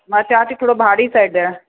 मां चाहियां थी थोड़ो भारी सैट ॾियणु